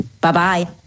Bye-bye